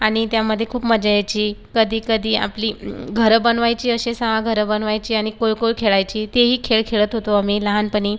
आणि त्यामध्ये खूप मजा यायची कधी कधी आपली घरं बनवायची असे सहा घरं बनवायची आणि कोय कोय खेळायची तेही खेळ खेळत होतो आम्ही लहानपणी